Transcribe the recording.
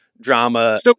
drama